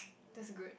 that's good